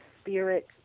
spirit